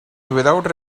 without